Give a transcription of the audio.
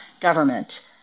government